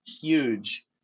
huge